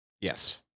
Yes